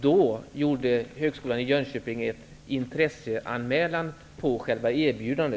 Då gjorde Högskolan i Jönköping en intresseanmälan i anslutning till detta erbjudande.